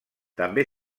també